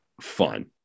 fun